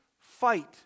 fight